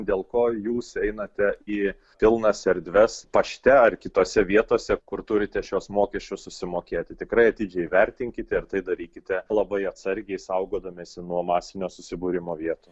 dėl ko jūs einate į pilnas erdves pašte ar kitose vietose kur turite šiuos mokesčius susimokėti tikrai atidžiai vertinkite tai ir darykite labai atsargiai saugodamiesi nuo masinio susibūrimo vietų